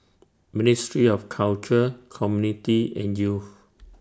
Ministry of Culture Community and Youth